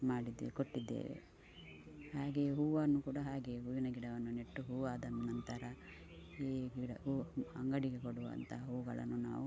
ಮಾಡಿದ್ದೇವೆ ಕೊಟ್ಟಿದ್ದೇವೆ ಹಾಗೆಯೇ ಹೂವನ್ನೂ ಕೂಡಾ ಹಾಗೆಯೇ ಹೂವಿನ ಗಿಡವನ್ನು ನೆಟ್ಟು ಹೂವು ಆದ ನಂತರ ಈ ಗಿಡ ಹೂ ಅಂಗಡಿಗೆ ಕೊಡುವಂಥ ಹೂಗಳನ್ನು ನಾವು